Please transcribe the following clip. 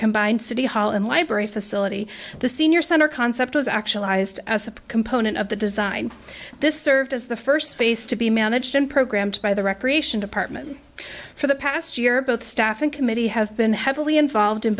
combined city hall in library facility the senior center concept was actual ised as a component of the design this served as the first space to be managed in programs by the recreation department for the past year both staff and committee have been heavily involved in